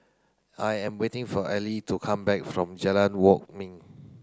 I am waiting for Ellie to come back from Jalan Kwok Min